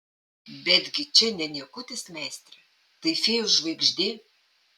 betgi čia ne niekutis meistre tai fėjų žvaigždė